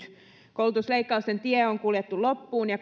koulutusleikkausten tie on kuljettu loppuun ja